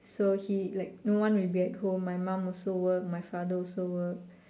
so he like no one will be at home my mom also work my father also work